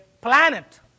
planet